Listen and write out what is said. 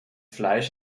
fleisch